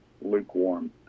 lukewarm